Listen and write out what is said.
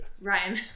Ryan